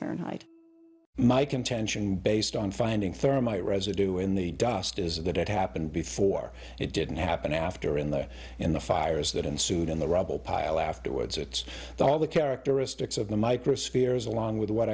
fahrenheit my contention based on finding thermite residue in the dust is that it happened before it didn't happen after in there in the fires that ensued in the rubble pile afterwards it's all the characteristics of the microspheres along with what